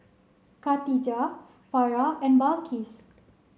Katijah Farah and Balqis